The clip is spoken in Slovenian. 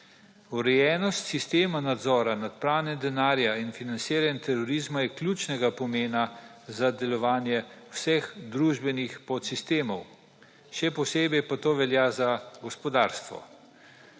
Urejenost sistema nadzora nad pranjem denarja in financiranjem terorizma je ključnega pomena za delovanje vseh družbenih podsistemov, še posebej pa to velja za gospodarstvo.